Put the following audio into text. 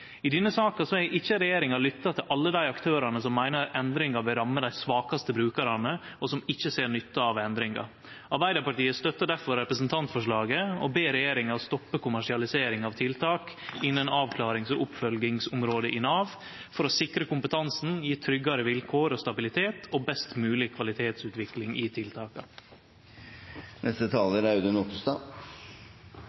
ikkje regjeringa lytta til alle dei aktørane som meiner endringar vil ramme dei svakaste brukarane, og som ikkje ser nytte av endringa. Arbeidarpartiet støttar derfor representantforslaget og ber regjeringa stoppe kommersialisering av tiltak innan avklarings- og oppfølgingsområdet i Nav, for å sikre kompetansen, gje tryggare vilkår og stabilitet og best mogleg kvalitetsutvikling i tiltaka.